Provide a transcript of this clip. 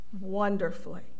wonderfully